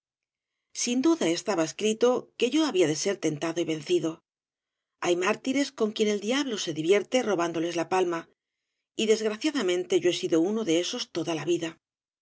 sin duda estaba escrito que yo había de ser tentado y vencido hay mártires con quienes el diablo se divierte robándoles la palma y desgraciadamente yo he sido uno de esos toda la vida